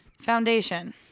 foundation